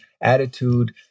attitude